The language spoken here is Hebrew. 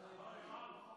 להעביר.